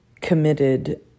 committed